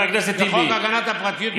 מצנעת הפרט וחוק הגנת הפרטיות,